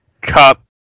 cup